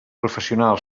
professional